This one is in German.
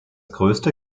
größte